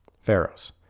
Pharaoh's